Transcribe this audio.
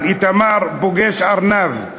"איתמר פוגש ארנב".